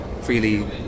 freely